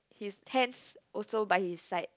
he's tense also but he's like